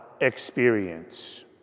experience